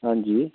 हां जी